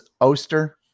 Oster